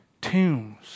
tombs